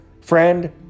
friend